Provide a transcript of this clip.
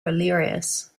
hilarious